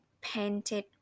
painted